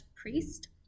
priest